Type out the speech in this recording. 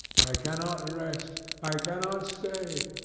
i cannot rest, i cannot stay,